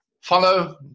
follow